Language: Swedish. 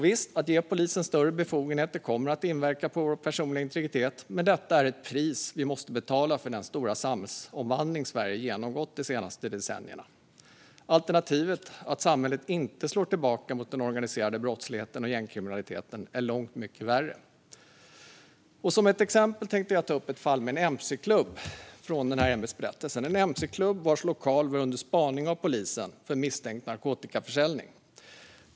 Visst kommer det att inverka på vår personliga integritet att ge polisen större befogenheter, men detta är ett pris vi måste betala för den stora samhällsomvandling som Sverige har genomgått de senaste decennierna. Alternativet, det vill säga att samhället inte slår tillbaka mot den organiserade brottsligheten och gängkriminaliteten, är långt mycket värre. Som ett exempel tänkte jag ta upp ett fall från ämbetsberättelsen. Det handlar om en mc-klubb vars lokal var under spaning av polisen för misstänkt narkotikaförsäljning.